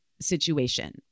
Situation